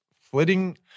flitting